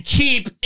keep